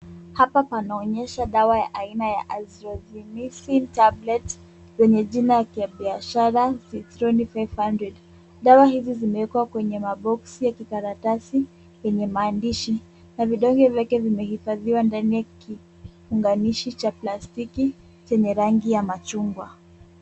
Hapa panaonyesha dawa ya aina ya azithromycin tablet zenye jina la kibiashara, Zithroic 500. Dawa hizi zimewekwa kwenye maboksi ya kikaratasi yenye maandishi, na vidonge vyake vimehifadhiwa ndani ya kifunganishi cha plastiki chenye rangi ya machungwa.